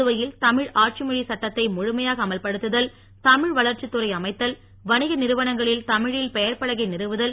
புதுவையில் தமிழ் ஆட்சி மொழி சட்டத்தை முழுமையாக அமல்படுத்துதல் தனியாக தமிழ் வளர்ச்சி துறை அமைத்தல் வணிக நிறுவனங்களில் தமிழில் பெயர் பலகை நிறுவுதல்